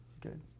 good